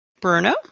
Bruno